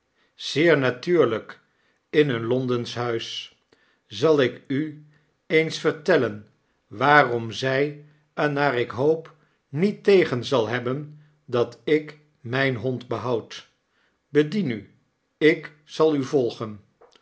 majoor pzeernatuurlyk in een londensch huis zal ik u eens vertellen waarom zg er naar ik hoop niet tegen zal hebben dat ik m ij n hond behoud bedien u ik zal u volgen